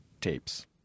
tapes